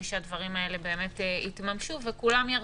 שהדברים האלה באמת יתממשו וכולם ירוויחו,